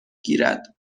گیرد